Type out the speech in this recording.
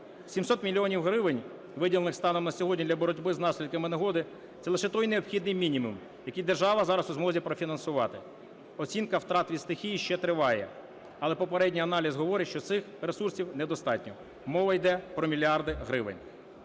700 мільйонів гривень, виділених станом на сьогодні для боротьби з наслідками негоди – це лише той необхідний мінімум, який держава зараз у змозі профінансувати. Оцінка втрат від стихії ще триває, але попередній аналіз говорить, що цих ресурсів недостатньо, мова йде про мільярди гривень.